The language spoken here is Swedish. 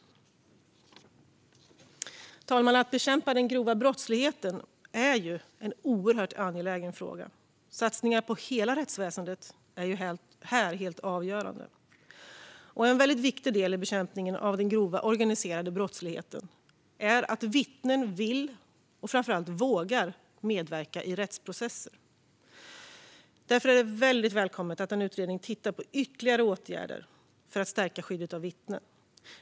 Fru talman! Att bekämpa den grova organiserade brottsligheten är en oerhört angelägen fråga. Satsningar på hela rättsväsendet är här helt avgörande. En viktig del i bekämpningen av den grova organiserade brottsligheten är att vittnen vill, och framför allt vågar, medverka i rättsprocesserna. Därför är det välkommet att en utredning nu tittar på ytterligare åtgärder för att stärka skyddet av vittnen.